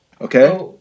Okay